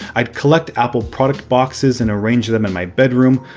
i'd collect apple product boxes and arranging them in my bedroom,